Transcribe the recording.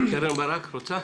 קרן ברק רוצה?